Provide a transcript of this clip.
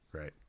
Right